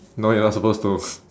no you are not supposed to